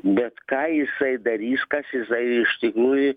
bet ką jisai darys kas jisai iš tikrųjų